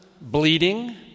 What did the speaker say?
bleeding